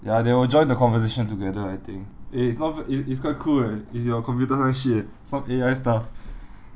ya they will join the conversation together I think eh it is not b~ it it's quite cool eh it is your computerise shit some A_I stuff